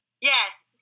Yes